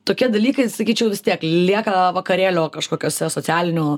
tokie dalykai sakyčiau vis tiek lieka vakarėlio kažkokiose socialinių